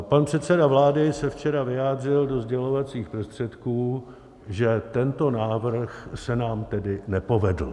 Pan předseda vlády se včera vyjádřil do sdělovacích prostředků, že tento návrh se nám tedy nepovedl.